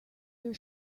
your